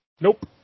Nope